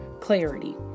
clarity